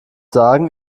sagen